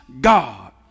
God